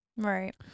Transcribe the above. right